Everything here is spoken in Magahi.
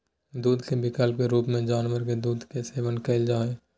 दूध के विकल्प के रूप में जानवर के दूध के सेवन कइल जा हइ